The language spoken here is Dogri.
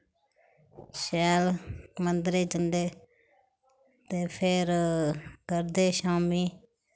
शैल मन्दरें जंदे ते फिर करदे शाम्मीं